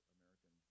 American